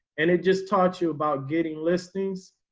and it just taught you about getting listings.